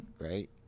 Right